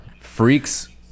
freaks